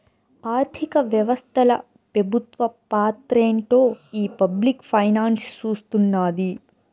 ఆర్థిక వ్యవస్తల పెబుత్వ పాత్రేంటో ఈ పబ్లిక్ ఫైనాన్స్ సూస్తున్నాది